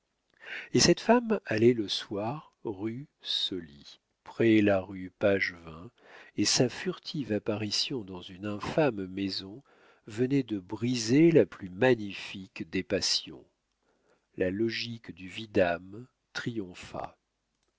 et cette femme allait le soir rue soly près la rue pagevin et sa furtive apparition dans une infâme maison venait de briser la plus magnifique des passions la logique du vidame triompha